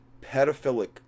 pedophilic